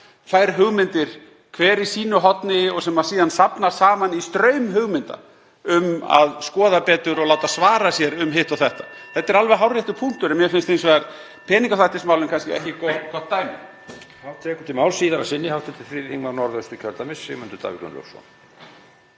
fær hugmyndir, hver í sínu horni sem síðan safnast saman í straum hugmynda um að skoða betur (Forseti hringir.)og láta svara sér um hitt og þetta. Það er alveg hárréttur punktur. En mér finnst hins vegar peningaþvættismálin kannski ekki gott dæmi.